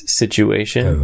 situation